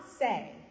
say